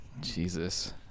Jesus